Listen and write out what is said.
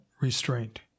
restraint